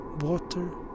water